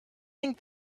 think